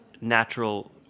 natural